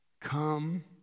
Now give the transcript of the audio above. come